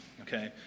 Okay